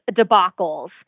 debacles